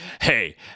Hey